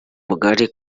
bugari